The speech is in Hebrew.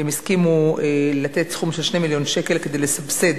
והם הסכימו לתת סכום של 2 מיליון שקל כדי לסבסד